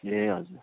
ए हजुर